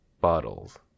bottles